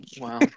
Wow